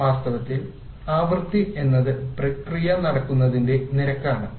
വാസ്തവത്തിൽ ആവൃത്തി എന്നത് പ്രക്രിയ നടക്കുന്നത്തിന്റെ നിരക്ക് ആണ്